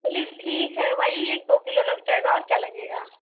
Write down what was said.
चलिए ठीक है वही एक दो किलो लग जाएगा और क्या लगेगा